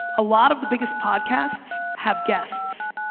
a lot of the biggest podcasts have guests.